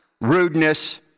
rudeness